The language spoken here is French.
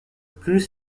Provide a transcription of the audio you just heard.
plus